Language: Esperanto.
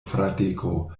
fradeko